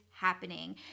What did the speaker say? happening